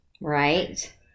right